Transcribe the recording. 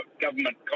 government